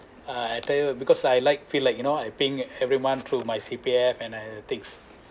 uh I tell you because I like feel like you know I've paying every month through my C_P_F and I at the thing